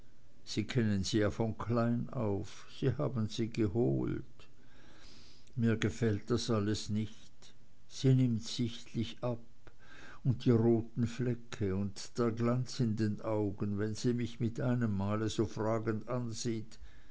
sie kennen sie ja von klein auf haben sie geholt mir gefällt das alles nicht sie nimmt sichtlich ab und die roten flecke und der glanz in den augen wenn sie mich mit einem male so fragend ansieht